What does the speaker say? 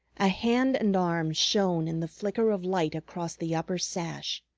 a hand and arm shone in the flicker of light across the upper sash.